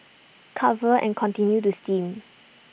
cover and continue to steam